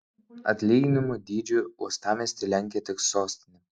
atlyginimų dydžiu uostamiestį lenkia tik sostinė